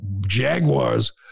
Jaguars